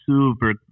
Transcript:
super